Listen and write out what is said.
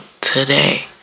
today